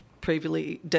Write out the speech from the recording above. previously